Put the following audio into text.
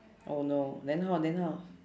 oh no then how then how